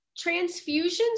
Transfusions